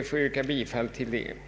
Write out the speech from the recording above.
att yrka bifall till denna reservation.